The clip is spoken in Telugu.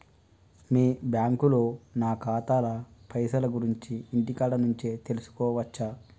మీ బ్యాంకులో నా ఖాతాల పైసల గురించి ఇంటికాడ నుంచే తెలుసుకోవచ్చా?